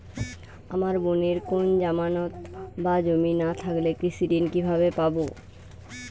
আমার বোনের কোন জামানত বা জমি না থাকলে কৃষি ঋণ কিভাবে পাবে?